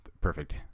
perfect